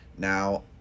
Now